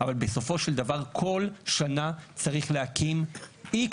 אבל בסופו של דבר כל שנה צריך להקים X